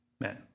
men